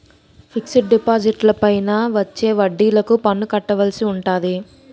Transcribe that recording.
fixed డిపాజిట్లపైన వచ్చే వడ్డిలకు పన్ను కట్టవలసి ఉంటాది